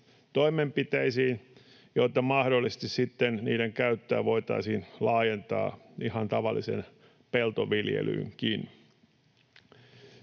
lisätietoa, jotta mahdollisesti sitten niiden käyttöä voitaisiin laajentaa ihan tavalliseen peltoviljelyynkin.